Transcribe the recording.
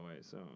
so-